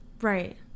Right